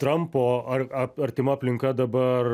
trampo ar ap artima aplinka dabar